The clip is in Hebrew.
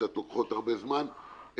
שקצת לוקחות הרבה זמן,